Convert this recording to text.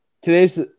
Today's –